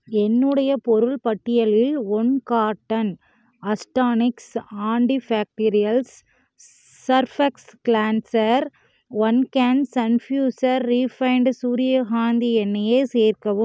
என்னுடைய பொருள் பட்டியலில் ஒன் கார்ட்டன் அஸ்டானிக்ஸ் ஆன்ட்டிஃபேக்டீரியல் ஸ் surfaces cleanser one can sun future refined சூரியகாந்தி எண்ணெயை சேர்க்கவும்